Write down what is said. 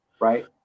right